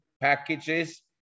packages